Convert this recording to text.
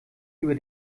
über